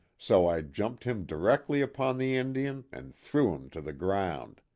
so i jumped him directly upon the indian and threw him to the ground.